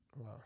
Wow